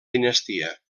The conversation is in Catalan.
dinastia